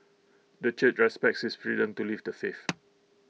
the church respects his freedom to leave the faith